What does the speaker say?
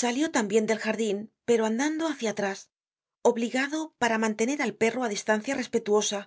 salió tambien del jardin pero andando hácia atrás obligado para mantener al perro á distancia respetuosa